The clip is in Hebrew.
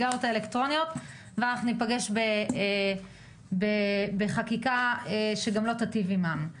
אנחנו ניפגש בחקיקה שלא תיטיב גם עם הסיגריות האלקטרוניות.